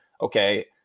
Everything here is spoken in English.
okay